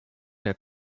der